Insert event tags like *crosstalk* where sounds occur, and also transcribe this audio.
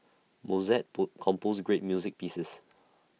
Mozart *unintelligible* composed great music pieces